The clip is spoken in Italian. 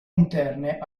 interne